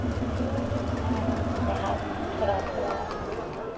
तो हम देहात में थोड़ा थोड़ा